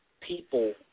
people